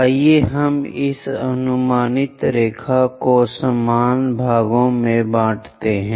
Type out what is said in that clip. आइए हम इस अनुमानित रेखा को समान भागों में उपयोग करें